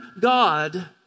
God